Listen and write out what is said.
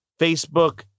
Facebook